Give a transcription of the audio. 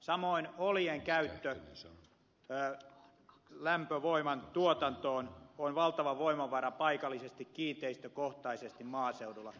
samoin oljen käyttö lämpövoiman tuotantoon on valtava voimavara paikallisesti kiinteistökohtaisesti maaseudulla